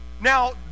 Now